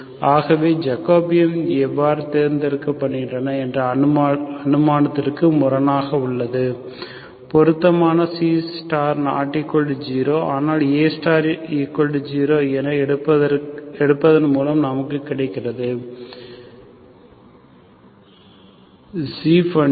ஆகவே ஜக்கோபியன் அவ்வாறு தேர்ந்தெடுக்கப்படுகின்றன என்ற அனுமானத்திற்கு முரணானது பொருத்தமான C≠0 ஆனால் A0 எனக்கு எடுப்பதன் மூலம் நமக்கு கிடைத்தது பஞ்சன்